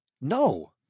No